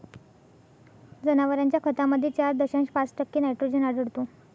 जनावरांच्या खतामध्ये चार दशांश पाच टक्के नायट्रोजन आढळतो